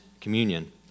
communion